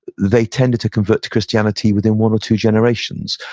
they tended to convert to christianity within one or two generations.